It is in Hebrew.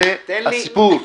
זה הסיפור.